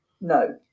no